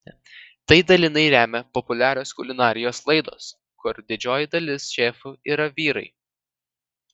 tai dalinai lemia populiarios kulinarijos laidos kur didžioji dalis šefų yra vyrai